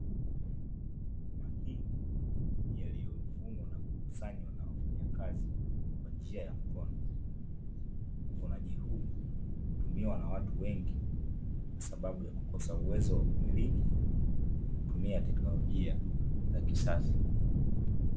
Mahindi yaliyovunwa na kukusanywa na wafanyakazi kwa njia ya mkono. Uvunaji huu hutumiwa na watu wengi, kwa sababu ya kukosa uwezo wa kumiliki, kwa kutumia tekinolojia za kisasa.